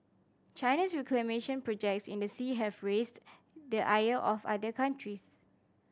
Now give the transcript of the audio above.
China's reclamation projects in the sea have raised the ire of other countries